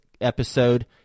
episode